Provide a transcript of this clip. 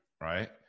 right